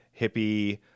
hippie